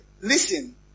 Listen